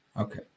Okay